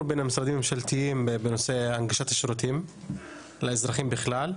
בין המשרדים הממשלתיים בנושא הנגשת השירותים לאזרחים בכלל,